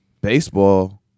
Baseball